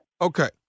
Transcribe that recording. Okay